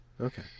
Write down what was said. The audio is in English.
Okay